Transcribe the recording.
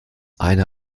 eine